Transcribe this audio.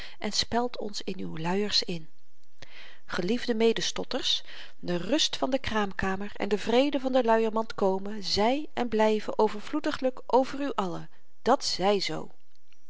en speld ons in uw luiers in geliefde medestotters de rust van de kraamkamer en de vrede van de luiermand kome zy en blyve overvloediglyk over u allen dat zy zoo